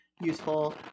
useful